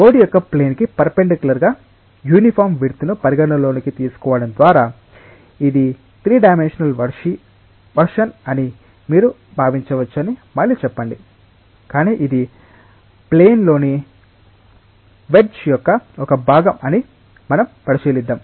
board యొక్క plane కి perpendicular గా యూనిఫామ్ విడ్త్ ను పరిగణనలోకి తీసుకోవడం ద్వారా ఇది 3D వెర్షన్ అని మీరు భావించవచ్చని మళ్ళీ చెప్పండి కాని ఇది ప్లేన్ లోని వెడ్జె యొక్క ఒక విభాగం అని మనం పరిశీలిద్దాం